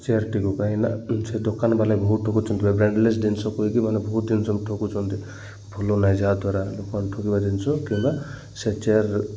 ଚେୟାରଟିକୁ କାହିଁକି ସେ ଦୋକାନବାଲେ ବହୁତ ଠକୁଛନ୍ତି କି ବ୍ରାଣ୍ଡଲେସ୍ ଜିନିଷ କହିକି ମାନେ ବହୁତ ଜିନିଷ ଠକୁଛନ୍ତି ଭଲ ନାହିଁ ଯାହାଦ୍ୱାରା ଦୋକାନ ଠକିବା ଜିନିଷ କିମ୍ବା ସେ ଚେୟାର